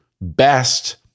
best